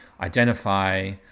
identify